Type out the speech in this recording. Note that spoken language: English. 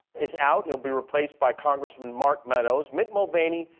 is out. he'll be replaced by congressman mark meadows. mick mulvaney,